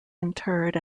interred